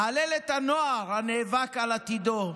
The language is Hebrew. אהלל את הנוער הנאבק על עתידו,